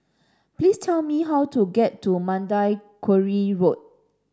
please tell me how to get to Mandai Quarry Road